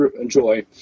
enjoy